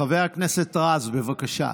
חבר הכנסת רז, בבקשה,